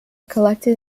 collected